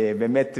באמת,